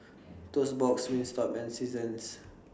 Toast Box Wingstop and Seasons